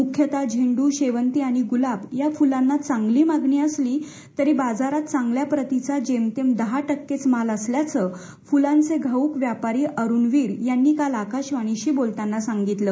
मुख्यत झेंडू शेवंती आणि गुलाब या फुलांना चांगली मागणी असली तरी बाजारात चांगल्या प्रतीचा जेमतेम दहा टक्केच माल असल्याचं फुलांचे घाऊक व्यापारी अरुण वीर यांनी आज आकाशवाणीशी बोलताना सांगितलं